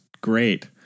great